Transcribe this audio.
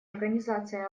организация